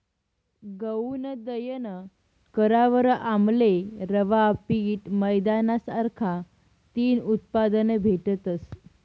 गऊनं दयन करावर आमले रवा, पीठ, मैदाना सारखा तीन उत्पादने भेटतस